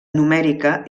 numèrica